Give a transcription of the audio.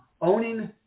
owning